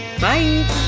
Bye